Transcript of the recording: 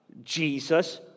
Jesus